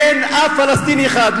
אין אף פלסטיני אחד,